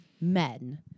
men